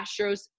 Astros